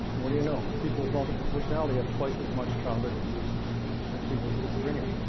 what do you know? people with multiple personality have twice as much childhood abuse as people with schizophrenia.